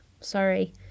sorry